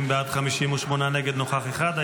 50 בעד, 58 נגד, נוכח אחד.